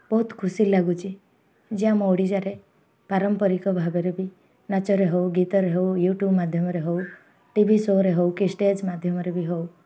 ବହୁତ ଖୁସି ଲାଗୁଛି ଯେ ଆମ ଓଡ଼ିଶାରେ ପାରମ୍ପରିକ ଭାବରେ ବି ନାଚରେ ହଉ ଗୀତରେ ହଉ ୟୁଟ୍ୟୁବ୍ ମାଧ୍ୟମରେ ହଉ ଟି ଭି ସୋରେ ହଉ କି ଷ୍ଟେଜ୍ ମାଧ୍ୟମରେ ବି ହଉ